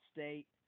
State